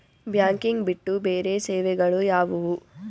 Banking ಬಿಟ್ಟು ಬೇರೆ ಸೇವೆಗಳು ಯಾವುವು?